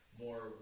more